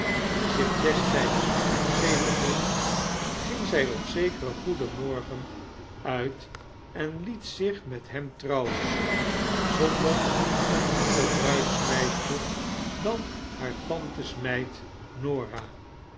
die zich destyds op zee bevond ging zy op zekeren goeden morgen uit en liet zich met hem trouwen zonder een ander bruidsmeisje dan haar tantes meid